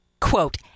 quote